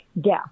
death